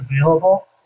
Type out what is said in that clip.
available